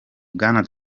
bwana